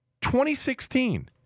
2016